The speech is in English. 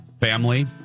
family